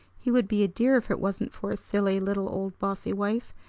he would be a dear if it wasn't for his silly little old bossy wife!